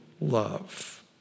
love